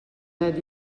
net